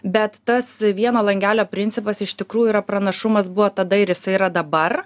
bet tas vieno langelio principas iš tikrųjų yra pranašumas buvo tada ir jisai yra dabar